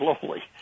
slowly